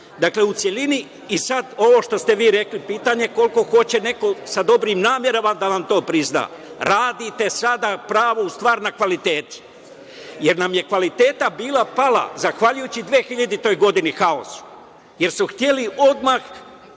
u celini, i sad ovo što ste vi rekli, pitanje je koliko hoće neko sa dobrim namerama da vam to prizna. Radite sada pravu stvar - na kvalitetu, jer nam je kvalitet pao, zahvaljujući 2000. godini i haosu, jer su hteli odmah